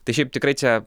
tai šiaip tikrai čia